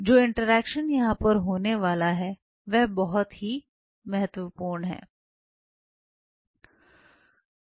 जो इंटरेक्शन यहां पर होने वाला है वह बहुत ही महत्वपूर्ण है